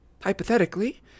hypothetically